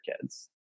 kids